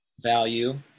value